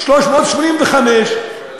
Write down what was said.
385,